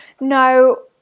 No